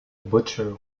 butcher